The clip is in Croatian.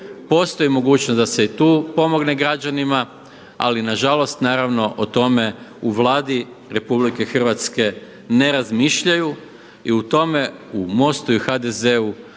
postoji mogućnost da se i tu pomogne građanima, ali nažalost naravno o tome u Vladi RH ne razmišljaju i u tome u MOST-u i HDZ-u